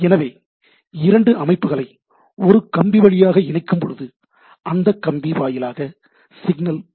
எனவே இரண்டு அமைப்புகளை ஒரு கம்பி வழியாக இணைக்கும்போது அந்த கம்பி வாயிலாக சிக்னல் பரவுகிறது